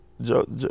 Joe